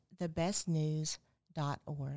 thebestnews.org